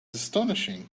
astonishing